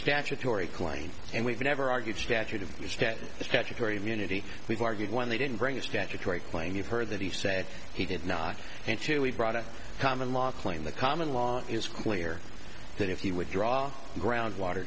statutory claim and we've never argued statute of statutory immunity we've argued when they didn't bring a statutory claim you've heard that he said he did not want to we brought a common law claim the common law is clear that if he would draw the groundwater